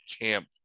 camp